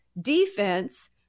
defense